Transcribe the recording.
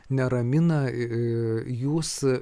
neramina jūs